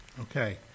Okay